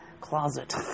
closet